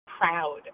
proud